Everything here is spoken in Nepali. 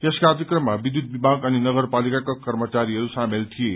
यस कार्यक्रममा विध्यूत विभाग अनि नगरपालिकाका कर्मचारीहरू शामेल थिए